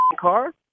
car